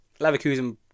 Leverkusen